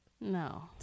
No